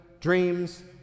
dreams